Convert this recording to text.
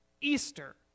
Easter